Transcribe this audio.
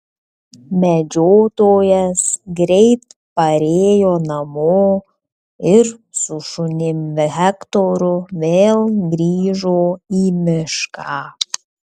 medžiotojas greit parėjo namo ir su šunim hektoru vėl grįžo į mišką